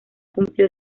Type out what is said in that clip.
cumplió